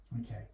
Okay